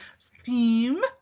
theme